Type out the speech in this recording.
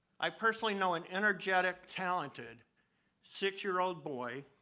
i personally know an energetic, talented six-year-old boy,